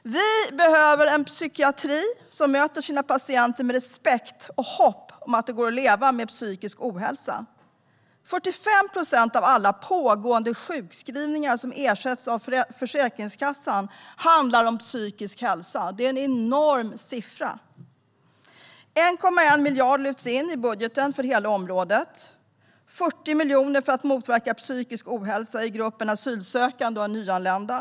Vi behöver en psykiatri som möter sina patienter med respekt och hopp om att det går att leva med psykisk ohälsa. 45 procent av alla pågående sjukskrivningar som ersätts av Försäkringskassan handlar om psykisk ohälsa. Det är en enorm siffra. 1,1 miljard lyfts in i budgeten till hela området. Dessutom går 40 miljoner till att motverka psykisk ohälsa i gruppen asylsökande och nyanlända.